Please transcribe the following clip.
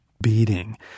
beating